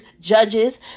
judges